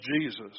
Jesus